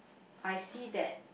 I see that